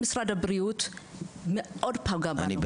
משרד הבריאות מאוד פגע בנו.